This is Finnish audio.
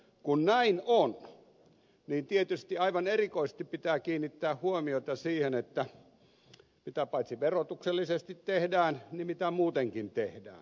kun näin on niin tietysti aivan erikoisesti pitää kiinnittää huomiota paitsi siihen mitä verotuksellisesti tehdään myös siihen mitä muutenkin tehdään